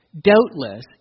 Doubtless